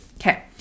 Okay